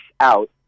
out